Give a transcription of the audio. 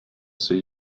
see